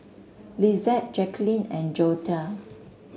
Lizeth Jacklyn and Joetta